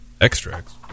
extracts